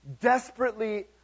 Desperately